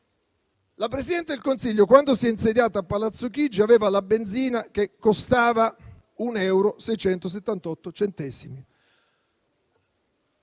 la Presidente del Consiglio, quando si è insediata a Palazzo Chigi, aveva la benzina che costava 1,678 euro.